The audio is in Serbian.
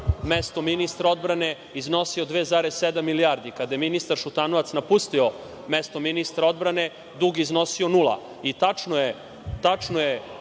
mesto ministra odbrane iznosio 2,7 milijardi. Kada je ministar Šutanovac napustio mesto ministra odbrane, dug je iznosio nula. Tačno je, gospodine